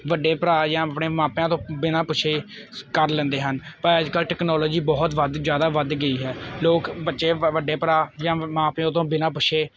ਵੱਡੇ ਭਰਾ ਜਾਂ ਆਪਣੇ ਮਾਪਿਆਂ ਤੋਂ ਬਿਨਾਂ ਪੁੱਛੇ ਕਰ ਲੈਂਦੇ ਹਨ ਪਰ ਅੱਜ ਕੱਲ੍ਹ ਟੈਕਨੋਲੋਜੀ ਬਹੁਤ ਵੱਧ ਜ਼ਿਆਦਾ ਵੱਧ ਗਈ ਹੈ ਲੋਕ ਬੱਚੇ ਵੱਡੇ ਭਰਾ ਜਾਂ ਮਾਂ ਪਿਓ ਤੋਂ ਬਿਨਾਂ ਪੁੱਛੇ